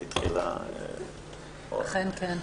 אכן כן,